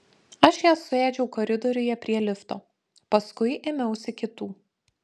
aš ją suėdžiau koridoriuje prie lifto paskui ėmiausi kitų